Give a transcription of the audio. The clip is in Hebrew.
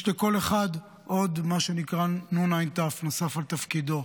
יש לכל אחד עוד מה שנקרא נע"ת, נוסף על תפקידו.